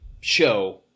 show